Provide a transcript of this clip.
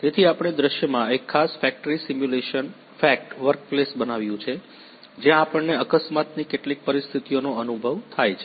તેથી આપણે દૃશ્યમાં એક ખાસ ફેક્ટરી સિમ્યુલેશન ફેક્ટ વર્કપ્લેસ બનાવ્યું છે જ્યાં આપણને અકસ્માતની કેટલીક પરિસ્થિતિઓનો અનુભવ થાય છે